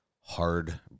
hard